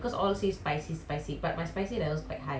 mm your tolerance is so high oh my god ya so my friend was like